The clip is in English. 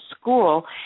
school